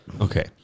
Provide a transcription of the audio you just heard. Okay